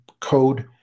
code